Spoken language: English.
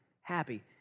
happy